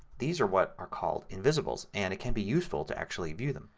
these are what are called invisibles and can be useful to actually view them.